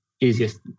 easiest